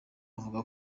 avuga